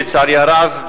לצערי הרב,